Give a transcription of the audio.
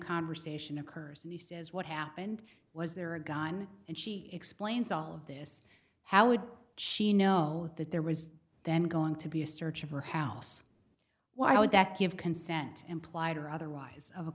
conversation occurs and he says what happened was there a gun and she explains all of this how would she know that there was then going to be a search of her house why would that give consent implied or otherwise